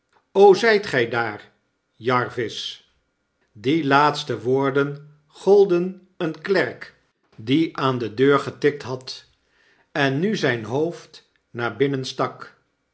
zijt gy daar jarvis die laatste woorden golden een klerk die aan de deur getikt had en nu zyn hoofd naar binnen stak